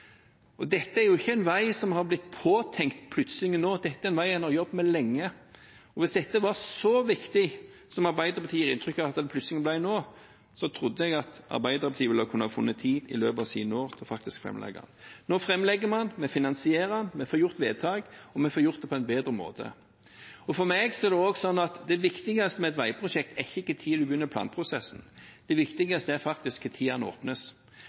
Dette er jo ikke en vei som har blitt påtenkt plutselig nå, dette er en vei man har jobbet med lenge. Og hvis dette var så viktig som Arbeiderpartiet gir inntrykk av at det plutselig ble nå, trodde jeg at Arbeiderpartiet ville ha funnet tid i løpet av sine år til faktisk å framlegge dette. Nå framlegger man, man finansierer, vi får gjort vedtak, og vi får gjort det på en bedre måte. For meg er det viktigste med et veiprosjekt ikke når man begynner planprosessen, det viktigste er faktisk når veien åpnes.